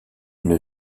une